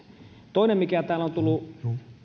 toinen mikä täällä on tullut